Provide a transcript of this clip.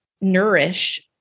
nourish